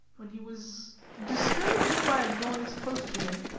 when he was disturbed by a noise close to him,